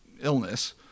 illness